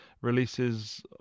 releases